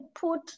put